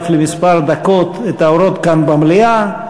ואף לכמה דקות את האורות כאן במליאה,